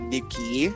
Nikki